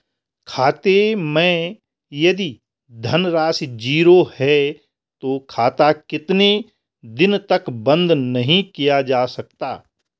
खाते मैं यदि धन राशि ज़ीरो है तो खाता कितने दिन तक बंद नहीं किया जा सकता?